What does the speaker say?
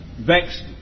vexed